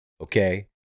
okay